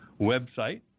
website